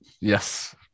yes